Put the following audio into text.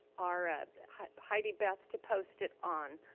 our ah heidi beth to post it on